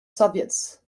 soviets